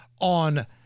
on